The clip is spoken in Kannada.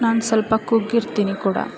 ನಾನು ಸಲ್ಪ ಕುಗ್ಗಿರ್ತೀನಿ ಕೂಡ